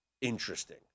interesting